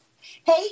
hey